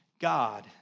God